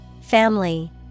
Family